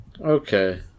Okay